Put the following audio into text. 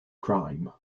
crime